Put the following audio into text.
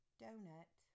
donut